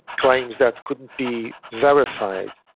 claims that couldn't be verified.